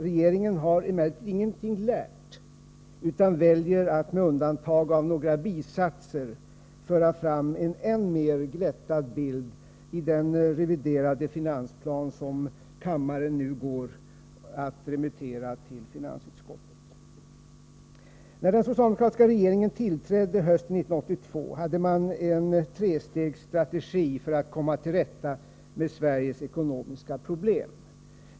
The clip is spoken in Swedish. Regeringen har emellertid ingenting lärt, utan väljer att — med undantag av några bisatser — föra fram en än mer glättad bild i den reviderade finansplan som kammaren nu skall remittera till finansutskottet. När den socialdemokratiska regeringen tillträdde hösten 1982 hade den en trestegsstrategi för att komma till rätta med Sveriges ekonomiska problem.